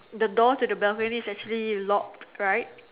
the door to the balcony is actually locked right